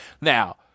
Now